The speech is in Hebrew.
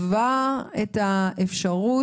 מרחיבה את האפשרות.